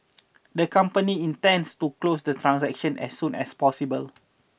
the company intends to close the transaction as soon as possible